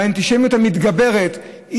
באנטישמיות המתגברת,